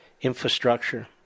infrastructure